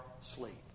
sleep